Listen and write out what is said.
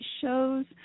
shows